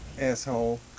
asshole